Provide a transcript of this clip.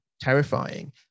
terrifying